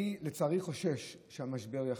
לצערי אני חושש שהמשבר יחריף,